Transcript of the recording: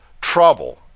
trouble